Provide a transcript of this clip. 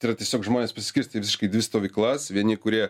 tai yra tiesiog žmonės pasiskirstę į visiškai dvi stovyklas vieni kurie